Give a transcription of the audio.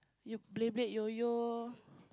you play Beyblade yoyo